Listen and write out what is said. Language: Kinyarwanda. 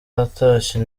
atashye